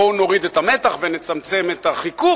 בואו נוריד את המתח ונצמצם את החיכוך,